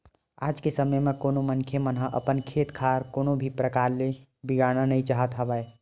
आज के समे म कोनो मनखे मन ह अपन खेत खार ल कोनो भी परकार ले बिगाड़ना नइ चाहत हवय